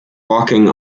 walking